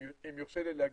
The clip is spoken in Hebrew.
אם יורשה לי להגיד,